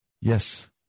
Yes